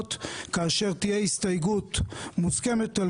לבחירות כאשר תהיה הסתייגות מוסכמת על